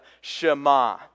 Shema